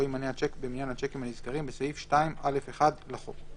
לא יימנה השיק במניין השיקים הנזכרים בסעיף 2(א1) לחוק.